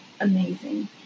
amazing